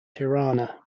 tirana